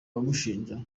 bamushinja